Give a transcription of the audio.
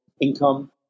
income